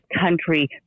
country